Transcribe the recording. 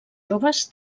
joves